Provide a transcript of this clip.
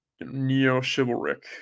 neo-chivalric